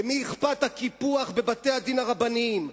למי אכפת הקיפוח בבתי-הדין הרבניים,